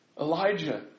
Elijah